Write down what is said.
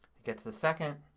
it gets the second.